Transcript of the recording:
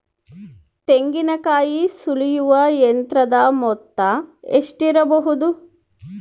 ತೆಂಗಿನಕಾಯಿ ಸುಲಿಯುವ ಯಂತ್ರದ ಮೊತ್ತ ಎಷ್ಟಿರಬಹುದು?